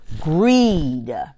Greed